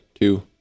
two